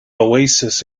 oasis